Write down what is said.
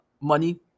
money